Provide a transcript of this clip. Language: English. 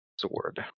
sword